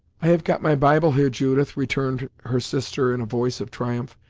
i have got my bible here, judith, returned her sister in a voice of triumph.